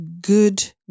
good